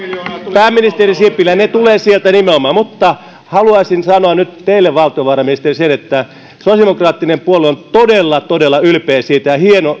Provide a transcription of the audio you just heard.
pääministeri sipilä ne tulevat nimenomaan sieltä arvoisa puhemies haluaisin sanoa nyt teille valtiovarainministeri sen että sosiaalidemokraattinen puolue on todella todella ylpeä ja